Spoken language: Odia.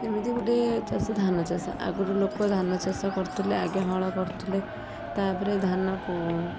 ଯେମିତି ଗୋଟେ ଚାଷ ଧାନ ଚାଷ ଆଗୁରୁ ଲୋକ ଧାନ ଚାଷ କରୁଥିଲେ ଆଗେ ହଳ କରୁଥୁଲେ ତା ପରେ ଧାନକୁ